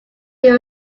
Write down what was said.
who